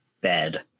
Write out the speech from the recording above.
bed